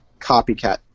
copycat